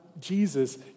Jesus